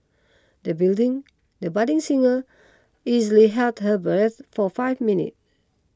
the building the budding singer easily held her breath for five minute